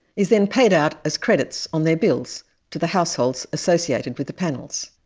is then paid out as credits on their bills to the households associated with the panels,